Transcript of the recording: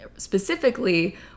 Specifically